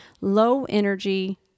low-energy